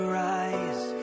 rise